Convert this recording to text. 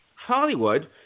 Hollywood